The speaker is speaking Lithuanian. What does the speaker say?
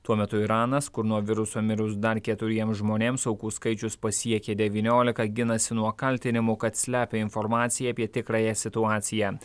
tuo metu iranas kur nuo viruso mirus dar keturiems žmonėms aukų skaičius pasiekė devyniolika ginasi nuo kaltinimų kad slepia informaciją apie tikrąją situaciją